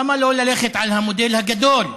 למה לא ללכת על המודל הגדול?